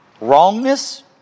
wrongness